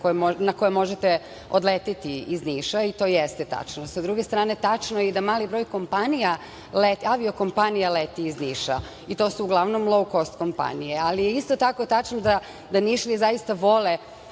na koje možete odleteti iz Niša i to jeste tačno. Sa druge strane, tačno je da i mali broj kompanija, avio kompanija leti iz Niša i to su uglavnom loukost kompanije, ali je isto tako tačno da Nišlije zaista vole